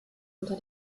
unter